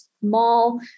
small